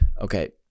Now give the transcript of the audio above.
Okay